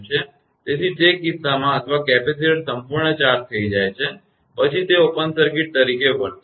તેથી તે કિસ્સામાં અથવા કેપેસિટર સંપૂર્ણ ચાર્જ થઈ જાય છે પછી તે ઓપન સર્કિટ તરીકે વર્તે છે